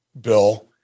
bill